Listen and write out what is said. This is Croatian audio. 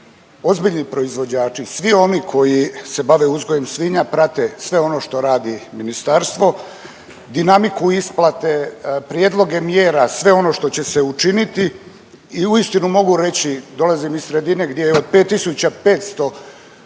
ozbiljni proizvođači, svi oni koji se bave uzgojem svinja prate sve ono što radi ministarstvo, dinamiku isplate, prijedloge mjera, sve ono što će se učiniti i uistinu mogu reći, dolazim iz sredine gdje je od 5500 usmrćenih